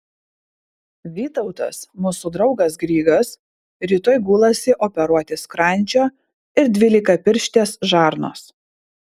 vytautas mūsų draugas grigas rytoj gulasi operuoti skrandžio ir dvylikapirštės žarnos